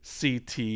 CT